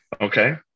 Okay